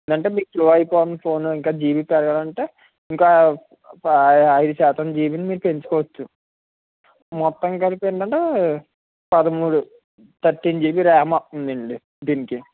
ఏంటంటే మీకు స్లో అయిపోతుంది ఫోను ఇంకా జిబి పెరగాలంటే ఇంకా ఐ ఐదు శాతం జీబీని మీరు పెంచుకోవచ్చు మొత్తం కలిపి ఏంటంటే పదమూడు థర్టీన్ జిబి ర్యామ్ వత్తందండి దీనికి